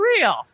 real